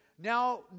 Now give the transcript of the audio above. Now